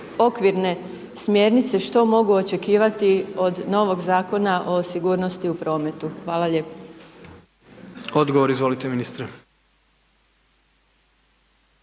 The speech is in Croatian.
okvirne smjernice što mogu očekivati od novog Zakona o sigurnosti u prometu. Hvala lijepo. **Jandroković, Gordan